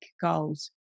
goals